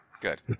good